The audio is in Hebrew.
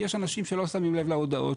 יש אנשים שלא שמים לב לכל ההודעות,